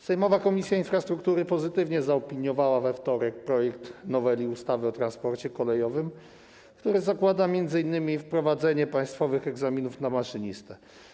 Sejmowa Komisja Infrastruktury pozytywnie zaopiniowała we wtorek projekt noweli ustawy o transporcie kolejowym, który zakłada m.in. wprowadzenie państwowych egzaminów na maszynistę.